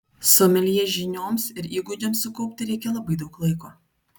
someljė žinioms ir įgūdžiams sukaupti reikia labai daug laiko